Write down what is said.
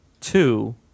two